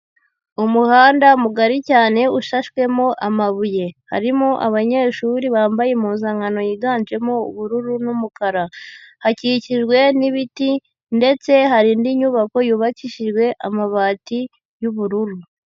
Umuhanda mugari cyane, ushashwemo amabuye, harimo abanyeshuri bambaye impuzankano yiganjemo ubururu n'umukara, hakikijwe n'ibiti ndetse hari indi nyubako yubakishijwe amabati y'ubururu.